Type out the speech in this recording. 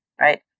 right